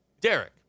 Derek